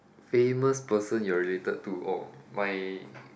famous person you related to oh my